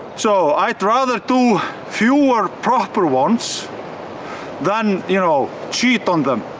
so i'd rather do fewer proper ones than, you know, cheat on them.